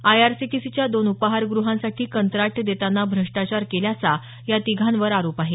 आयआरसीटीसीच्या दोन उपाहार गृहांसाठी कंत्राट देताना भ्रष्टाचार केल्याचा या तिघांवर आरोप आहे